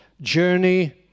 journey